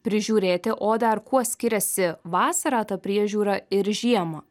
prižiūrėti odą ar kuo skiriasi vasarą ta priežiūra ir žiemą